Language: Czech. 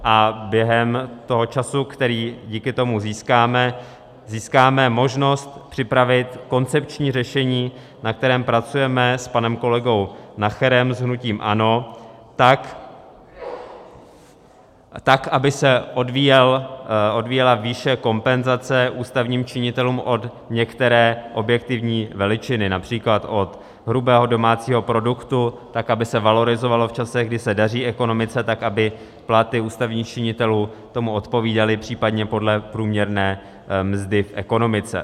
A během toho času, který díky tomu získáme, získáme možnost připravit koncepční řešení, na kterém pracujeme s panem kolegou Nacherem, s hnutím ANO, tak aby se odvíjela výše kompenzace ústavním činitelům od některé objektivní veličiny, například od hrubého domácího produktu, tak aby se valorizovalo v časech, kdy se daří ekonomice, tak aby platy ústavních činitelů tomu odpovídaly, případně podle průměrné mzdy v ekonomice.